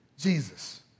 Jesus